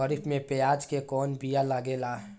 खरीफ में प्याज के कौन बीया लागेला?